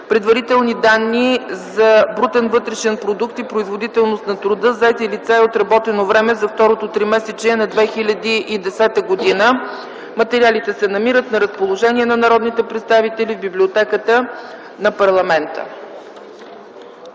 предварителни данни за брутен вътрешен продукт и производителност на труда, заети лица и отработено време за второто тримесечие на 2010 г. Материалите са намират на разположение на народните представители в Библиотеката на парламента.